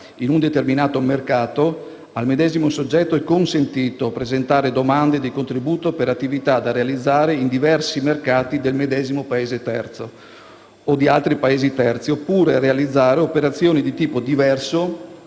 in un determinato mercato, al medesimo soggetto è consentito presentare domande di contributo per attività da realizzare in diversi mercati del medesimo Paese terzo o di altri Paesi terzi, oppure realizzare operazioni di tipo diverso